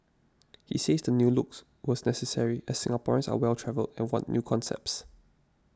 he says the new looks was necessary as Singaporeans are well travelled and want new concepts